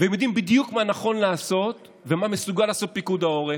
ויודעים בדיוק מה נכון לעשות ומה מסוגל לעשות פיקוד העורף.